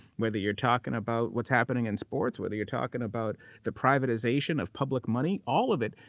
whether you're talking about what's happening in sports, whether you're talking about the privatization of public money, all of it.